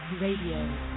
RADIO